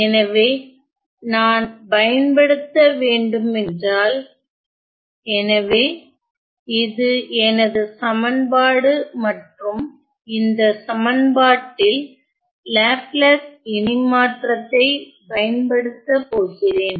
எனவே நான் பயன்படுத்த வேண்டுமென்றால் எனவே இது எனது சமன்பாடு மற்றும் இந்த சமன்பாட்டில் லாப்லேஸ் இணைமாற்றத்தைப் பயன்படுத்தப் போகிறேன்